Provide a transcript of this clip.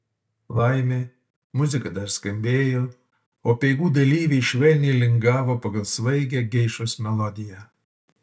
laimė muzika dar skambėjo o apeigų dalyviai švelniai lingavo pagal svaigią geišos melodiją